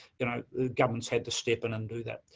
you know, the government's had to step in and do that.